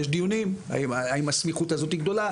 יש דיונים האם הסמיכות הזאת היא גדולה,